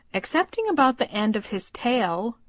excepting about the end of his tail,